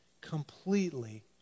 completely